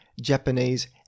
Japanese